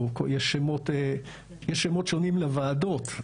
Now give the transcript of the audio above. או יש שמות שונים לוועדות,